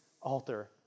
altar